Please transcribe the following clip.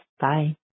Bye